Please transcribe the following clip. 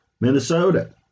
Minnesota